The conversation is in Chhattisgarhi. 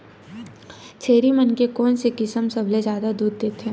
छेरी मन के कोन से किसम सबले जादा दूध देथे?